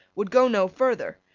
would go no further.